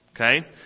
Okay